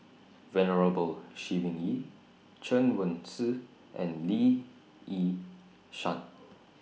Venerable Shi Ming Yi Chen Wen Hsi and Lee Yi Shyan